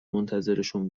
منتظرشون